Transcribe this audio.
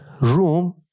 room